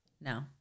No